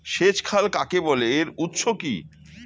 সেচ খাল কাকে বলে এর উৎস কি?